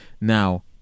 Now